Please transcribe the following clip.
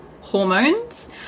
hormones